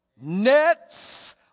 nets